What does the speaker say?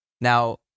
Now